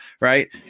right